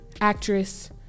actress